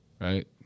right